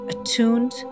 attuned